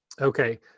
Okay